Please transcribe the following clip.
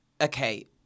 okay